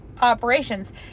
operations